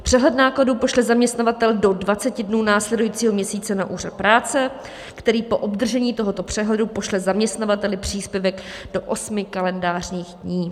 Přehled nákladů pošle zaměstnavatel do 20 dnů následujícího měsíce na úřad práce, který po obdržení tohoto přehledu pošle zaměstnavateli příspěvek do osmi kalendářních dní.